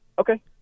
Okay